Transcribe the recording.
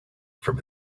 from